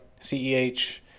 CEH